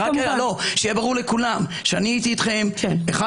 רק שיהיה ברור לכולם שאני הייתי איתכם אחד